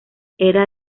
era